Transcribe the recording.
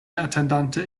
atendante